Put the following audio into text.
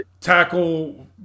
tackle